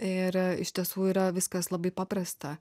ir iš tiesų yra viskas labai paprasta